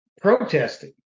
protesting